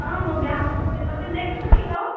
ହଁ ମୁଁ ବି ଆସୁଛି ତତେ ଦେଖୁନି ତ